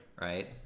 Right